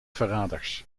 verraders